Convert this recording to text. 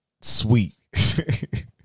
sweet